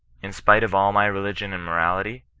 in spite of all my religion and morality,